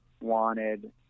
wanted